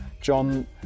John